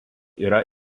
yra